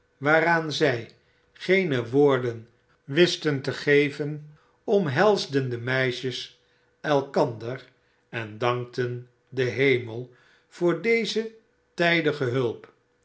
waaraan zij geene woorden wisten te geven omhelsden de meisjes elkandef en dankten den hemel voor deze lwl